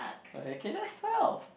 okay okay that's twelve